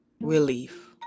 relief